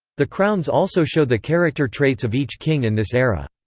the crowns also show the character traits of each king in this era.